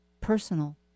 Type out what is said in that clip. personal